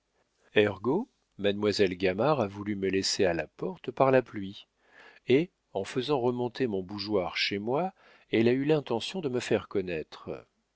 mademoiselle gamard a voulu me laisser à la porte par la pluie et en faisant remonter mon bougeoir chez moi elle a eu l'intention de me faire connaître